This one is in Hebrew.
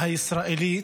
הישראלית.